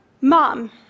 Mom